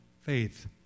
faith